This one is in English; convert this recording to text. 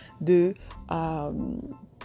de